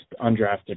undrafted